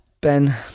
ben